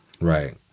Right